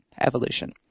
evolution